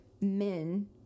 men